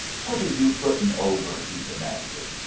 what are you putting over? he demanded.